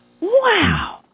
Wow